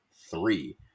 three